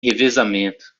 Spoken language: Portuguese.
revezamento